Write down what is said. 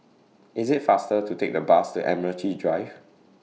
IT IS faster to Take The Bus to Admiralty Drive